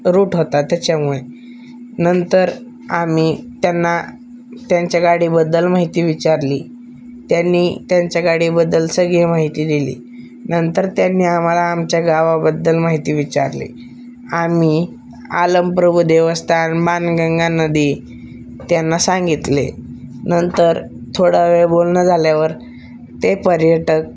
route होता त्याच्यामुळे नंतर आम्ही त्यांना त्यांच्या गाडीबद्दल माहिती विचारली त्यांनी त्यांच्या गाडीबद्दल सगळी माहिती दिली नंतर त्यांनी आम्हाला आमच्या गावाबद्दल माहिती विचारली आम्ही आलम प्रभू देवस्थान माणगंगा नदी त्यांना सांगितले नंतर थोडा वेळ बोलणं झाल्यावर ते पर्यटक